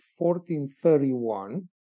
1431